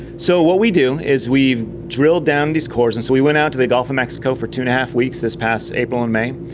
so what we do is we've drilled down these cores, and so we went out to the gulf of mexico for two and a half weeks this past april and may,